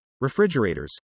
refrigerators